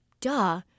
duh